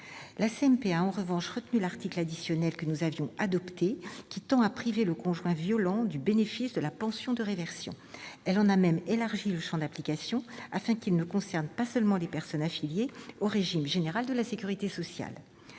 La CMP a en revanche retenu l'article additionnel que nous avions adopté tendant à priver le conjoint violent du bénéfice de la pension de réversion. Elle en a même élargi le champ d'application, afin qu'il ne concerne pas seulement les personnes affiliées au régime général de la sécurité sociale.